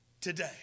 today